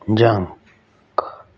jung